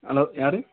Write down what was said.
hello யார்